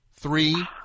Three